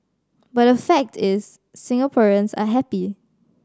but the fact is Singaporeans are happy